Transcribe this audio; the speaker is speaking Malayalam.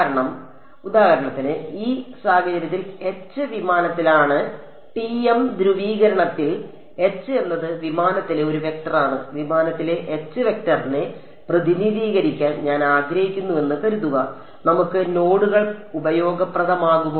കാരണം ഉദാഹരണത്തിന് ഈ സാഹചര്യത്തിൽ H വിമാനത്തിലാണ് TM ധ്രുവീകരണത്തിൽ H എന്നത് വിമാനത്തിലെ ഒരു വെക്ടറാണ് വിമാനത്തിലെ H വെക്ടറിനെ പ്രതിനിധീകരിക്കാൻ ഞാൻ ആഗ്രഹിക്കുന്നുവെന്ന് കരുതുക നമുക്ക് നോഡുകൾ ഉപയോഗപ്രദമാകുമോ